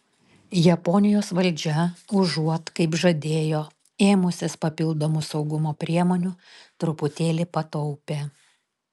japonijos valdžia užuot kaip žadėjo ėmusis papildomų saugumo priemonių truputėlį pataupė